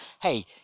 Hey